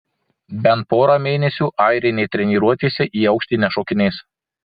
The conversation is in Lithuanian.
bent pora mėnesių airinė treniruotėse į aukštį nešokinės